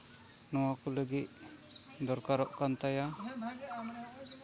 ᱱᱚᱣᱟ ᱠᱚ ᱞᱟᱹᱜᱤᱫ ᱫᱚᱨᱠᱟᱨᱚᱜ ᱠᱟᱱ ᱛᱟᱭᱟ